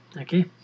Okay